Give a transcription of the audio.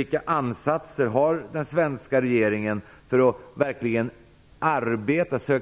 Vilka ansatser gör den svenska regeringen för att verkligen